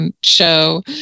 show